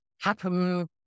happen